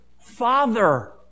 Father